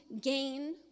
gain